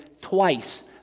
twice